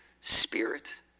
spirit